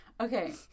Okay